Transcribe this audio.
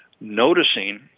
noticing